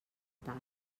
tal